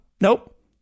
nope